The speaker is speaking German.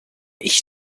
ich